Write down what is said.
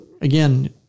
again